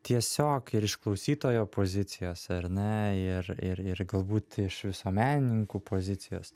tiesiog ir iš klausytojo pozicijos ar ne ir ir ir galbūt iš visuomenininkų pozicijos